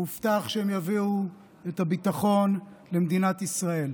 הובטח שהם יביאו את הביטחון למדינת ישראל.